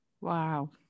wow